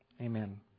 Amen